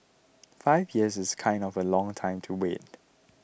five years is kind of a long time to wait